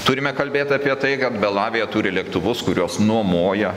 turime kalbėt apie tai kad belavija turi lėktuvus kuriuos nuomoja